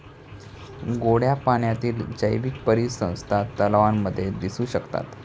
गोड्या पाण्यातील जैवीक परिसंस्था तलावांमध्ये दिसू शकतात